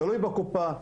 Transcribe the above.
תלוי בקופה,